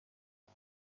است